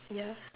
ya